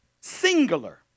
singular